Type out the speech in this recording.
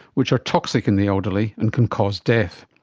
which are toxic in the elderly and can cause death.